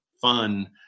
fun